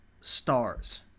stars